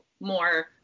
more